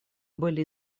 были